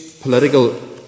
political